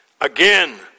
again